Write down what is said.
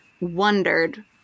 wondered